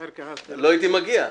אחרת --- לא הייתי מגיע.